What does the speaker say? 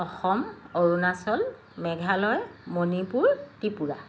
Assam Arunachal Meghalaya Manipur Tripura